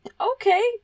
Okay